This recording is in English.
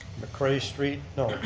mcrae street, no,